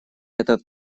этот